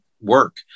work